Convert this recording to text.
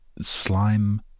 slime